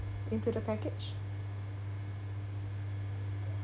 into the package